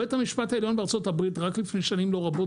בית המשפט העליון בארצות הברית רק לפני שנים לא רבות